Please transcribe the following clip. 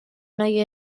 noia